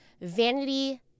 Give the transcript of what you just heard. vanity